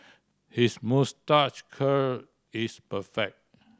his moustache curl is perfect